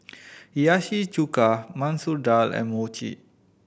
Hiyashi Chuka Masoor Dal and Mochi